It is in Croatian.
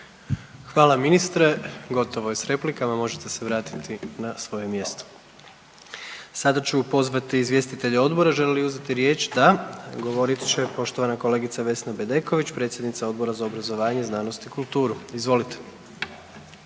Hvala ministre. Gotovo je s replikama. Možete se vratiti na svoje mjesto. Sada ću pozvati izvjestitelje odbora, žele li uzeti riječ? Da. Govorit će poštovana kolegica Vesna Bedeković, predsjednica Odbora za obrazovanje, znanost i kulturu. Izvolite.